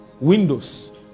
Windows